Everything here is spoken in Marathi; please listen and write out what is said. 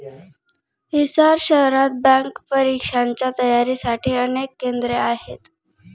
हिसार शहरात बँक परीक्षांच्या तयारीसाठी अनेक केंद्रे आहेत